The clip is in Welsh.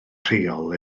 rheol